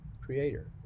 creator